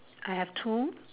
I have two